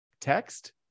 text